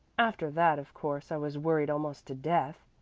after that of course i was worried almost to death,